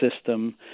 system